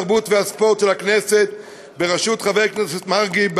התרבות והספורט של הכנסת בראשות חבר הכנסת מרגי,